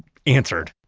answered!